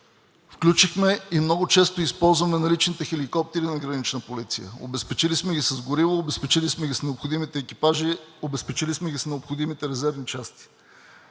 Включихме и много често използваме наличните хеликоптери на Гранична полиция и сме ги обезпечили с гориво, обезпечили сме ги с необходимите екипажи, обезпечили сме с необходимите резервни части.